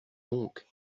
donc